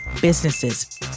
businesses